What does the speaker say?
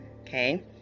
Okay